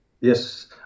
yes